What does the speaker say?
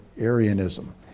Arianism